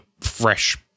fresh